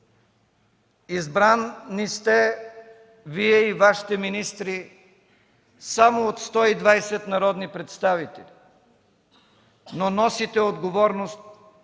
Избрани сте, Вие и Вашите министри, само от 120 народни представители, но носите отговорност